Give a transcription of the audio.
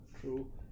true